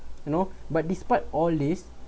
you know but despite all this